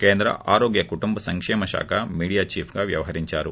కేంద్ర ఆరోగ్య కుటుంబ సంక్షేమ శాఖకు మీడియా చీఫ్గా వ్యవహరించారు